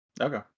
Okay